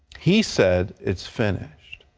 he said it's finished.